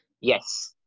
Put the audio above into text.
Yes